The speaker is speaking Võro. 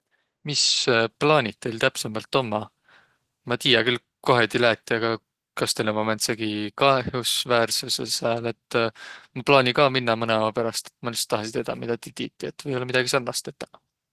Mis plaaniq teil täpsembält ummaq? Maq tiiä küll kohe tiiq läätiq aga kas teil ummaq määndsegiq kaehusväärsusõq sääl? Et maq plaani ka minnäq mõnõ ao peräst, maq lihtsält tahasiq teedäq midä tiiq tiitiq. Et võiollaq midägi sarnast tetäq.